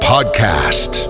podcast